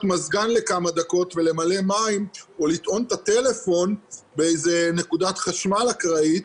מזגן לכמה דקות ולמלא מים או לטעון את הטלפון באיזה נקודת חשמל אקראית.